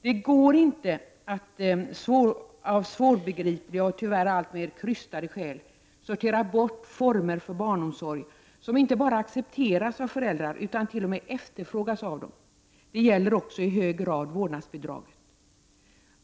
Det går inte att av svårbegripliga och tyvärr alltmer krystade skäl sortera bort former för barnomsorg som inte bara accepteras av föräldrar utan t.o.m. efterfrågas av dem. Det gäller i hög grad också för vårdnadsbidraget.